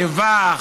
איבה,